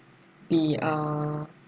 be uh